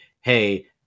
hey